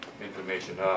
information